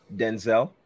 denzel